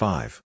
Five